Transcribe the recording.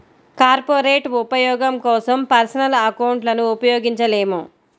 corporate ఉపయోగం కోసం personal అకౌంట్లను ఉపయోగించలేము